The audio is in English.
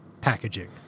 packaging